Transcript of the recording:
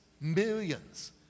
millions